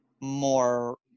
more